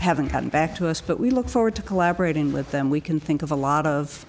haven't gotten back to us but we look forward to collaborating with them we can think of a lot of